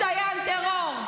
סייען טרור.